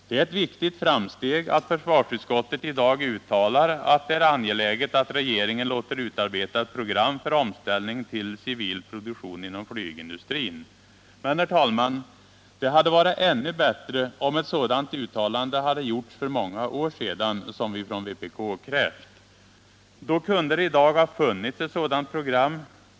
Det är ett viktigt framsteg att försvarsutskottet i dag uttalar: ”Det är angeläget att regeringen låter utarbeta ett program för omställning till civil produktion inom flygindustrin.” Men, herr talman, det hade varit ännu bättre om ett sådant uttalande gjorts för många år sedan, som vi från vpk krävt. Då kunde det i dag ha funnits ett program.